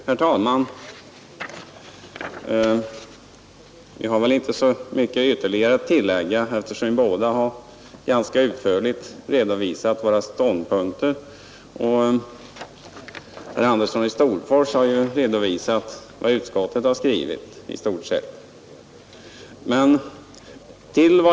Herr talman! Vi har väl inte så mycket att tillägga, eftersom vi båda ganska utförligt har redovisat våra ståndpunkter. Herr Andersson i Storfors har i stort sett redovisat vad utskottet har skrivit.